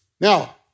Now